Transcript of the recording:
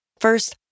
First